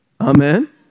Amen